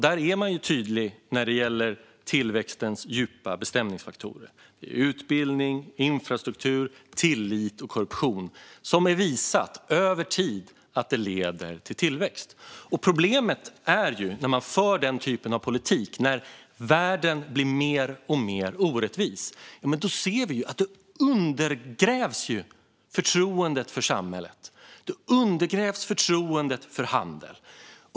Där är man tydlig när det gäller tillväxtens djupa bestämningsfaktorer: Det handlar om utbildning, infrastruktur och tillit, som över tid visar sig leda till tillväxt. Problemet är att när man för en politik som gör världen mer och mer orättvis undergrävs förtroendet för samhället och för handel.